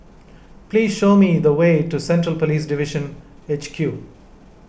please show me the way to Central Police Division H Q